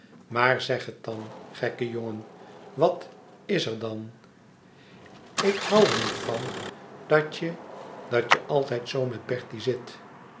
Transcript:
maar zeg het dan gekke jongen wat is er dan ik hoû er niet van dat je dat je altijd zoo met bertie zit